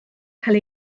cael